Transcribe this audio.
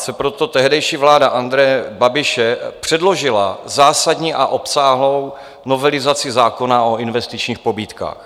V roce 2018 proto tehdejší vláda Andreje Babiše předložila zásadní a obsáhlou novelizaci zákona o investičních pobídkách.